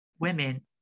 women